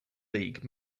league